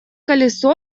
колесо